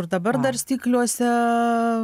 ir dabar dar stikliuose